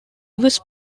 was